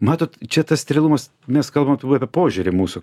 matot čia tas sterilumas mes kalbam turbūt apie požiūrį mūsų